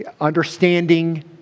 understanding